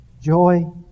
Joy